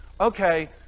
Okay